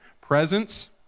Presence